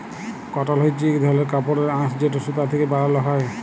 কটল হছে ইক ধরলের কাপড়ের আঁশ যেট সুতা থ্যাকে বালাল হ্যয়